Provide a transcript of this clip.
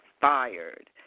fired